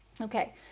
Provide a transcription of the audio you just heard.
Okay